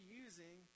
using